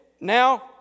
now